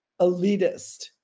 elitist